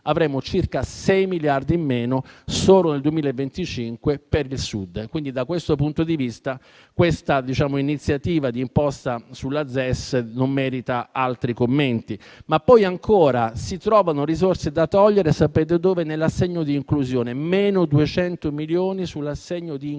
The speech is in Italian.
avremo circa 6 miliardi in meno solo nel 2025 per il Sud. Da questo punto di vista, l'iniziativa di imposta sulla ZES non merita altri commenti. Si trovano inoltre risorse da togliere nell'assegno di inclusione; meno 200 milioni sull'assegno di inclusione.